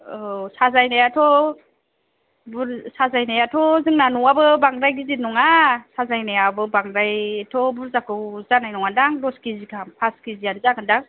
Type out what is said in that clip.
औ साजायनायाथ' साजायनायाथ' जोंना न'आबो बांद्राय गिदिर नङा साजायनायाबो बांद्राय एथ' बुरजाखौ जानाय नङादां दस केजि गाहाम पास केजियानो जागोनदां